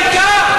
תתמקדי בעיקר.